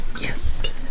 Yes